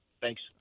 Thanks